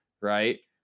right